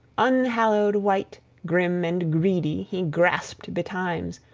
unhallowed wight, grim and greedy, he grasped betimes,